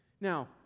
Now